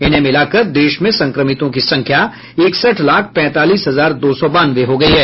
इनको मिलाकर देश में संक्रमितों की संख्या इकसठ लाख पैंतालीस हजार दो सौ बानवे हो गई है